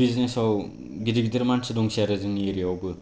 बिजनेसाव गिदिर गिदिर मानसि दंसै आरो जोंनि एरियायावबो